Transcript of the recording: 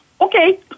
Okay